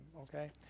Okay